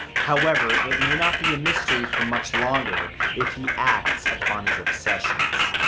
however, it may not be a mystery for much longer if he acts upon his obsessions.